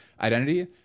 identity